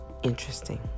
interesting